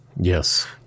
yes